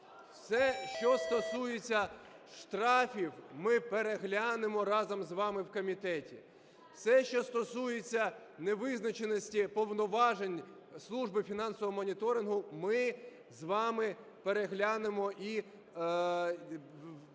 Все, що стосується штрафів, ми переглянемо разом з вами в комітеті. Все, що стосується невизначеності повноважень Служби фінансового моніторингу, ми з вами переглянемо і внесемо